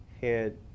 head